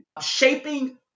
shaping